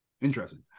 Interesting